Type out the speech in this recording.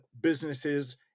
businesses